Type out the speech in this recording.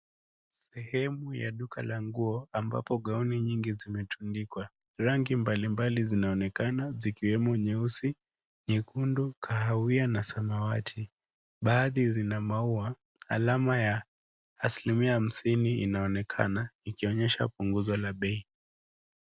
Sehemu ya duka la nguo ambapo gaoni nyingi zimetundikwa. Rangi mbali mbali zinaonekana zikiwemo nyeusi nyekundu kahawia na samawati. Baadhi zina maua alama ya asilimia hamsini inaonekana ikionyesha punguzo la bei.